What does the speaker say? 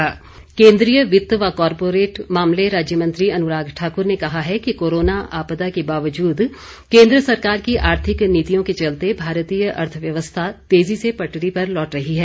अनुराग ठाकुर केंद्रीय वित्त व कॉरपोरेट मामले राज्य मंत्री अनुराग ठाक्र ने कहा है कि कोरोना आपदा के बावजूद कोन्द्र सरकार की आर्थिक नीतियों के चलते भारतीय अर्थव्यवस्था तेजी से पटरी पर लौट रही है